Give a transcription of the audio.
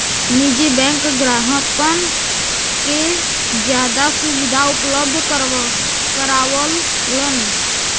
निजी बैंक ग्राहकन के जादा सुविधा उपलब्ध करावलन